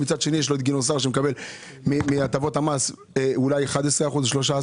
מצד שני גינוסר מקבל מהטבות המס אולי 11% או 13%,